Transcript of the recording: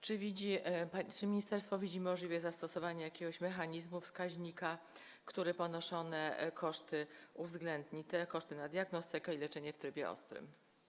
Czy ministerstwo widzi możliwość zastosowania jakiegoś mechanizmu, wskaźnika, który ponoszone koszty uwzględni, koszty diagnostyki i leczenia w trybie ostrym?